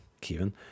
Kevin